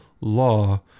law